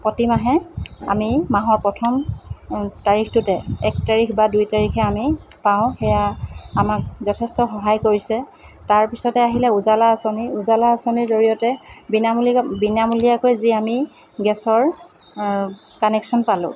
প্ৰতিমাহে আমি মাহৰ প্ৰথম তাৰিখটোতে এক তাৰিখ বা দুই তাৰিখে আমি পাওঁ সেয়া আমাক যথেষ্ট সহায় কৰিছে তাৰপিছতে আহিলে উজালা আঁচনি উজালা আঁচনিৰ জৰিয়তে বিনামূলীয়াকে বিনামূলীয়াকৈ যি আমি গেছৰ কানেকশ্যন পালোঁ